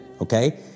okay